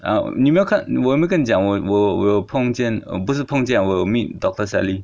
ah 你有没有看我有没有跟你讲我我有碰见 uh 不是碰见啦我有 meet dr sally